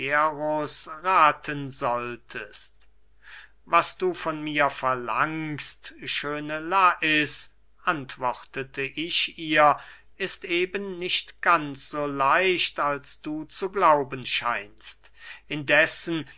rathen solltest was du von mir verlangst schöne lais antwortete ich ihr ist eben nicht ganz so leicht als du zu glauben scheinst indessen